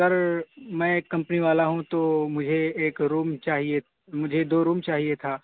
سر میں ایک کمپنی والا ہوں تو مجھے ایک روم چاہیے مجھے دو روم چاہیے تھا